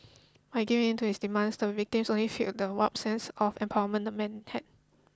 by giving in to his demands the victims only fuelled the warped sense of empowerment the man had